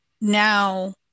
now